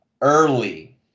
early